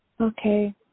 Okay